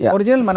Original